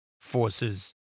forces